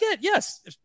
yes